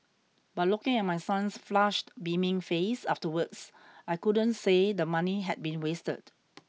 but looking at my son's flushed beaming face afterwards I couldn't say the money had been wasted